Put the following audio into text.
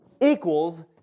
equals